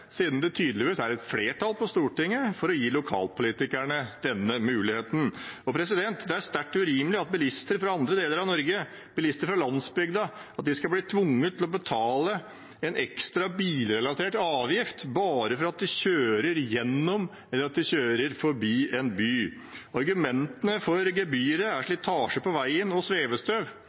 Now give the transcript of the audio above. siden det tydeligvis er et flertall på Stortinget for å gi lokalpolitikerne denne muligheten. Det er sterkt urimelig at bilister fra andre deler av Norge, bilister fra landsbygda, skal bli tvunget til å betale en ekstra bilrelatert avgift bare for at de kjører gjennom eller kjører forbi en by. Argumentene for gebyret er slitasje på veien og svevestøv.